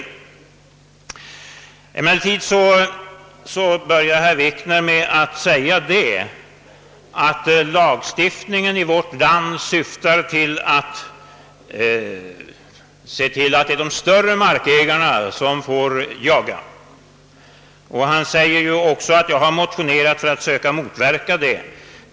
Emellertid påstår herr Wikner att lagstiftningen i vårt land syftar till att främst de större markägarna skall få jaga. Han nämner också att jag har motionerat för att söka motverka detta.